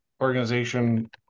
organization